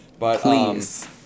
Please